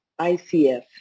icf